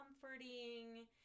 Comforting